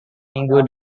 minggu